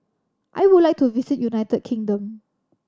I would like to visit United Kingdom